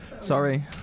Sorry